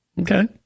Okay